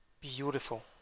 beautiful